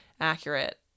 accurate